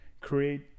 create